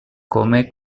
come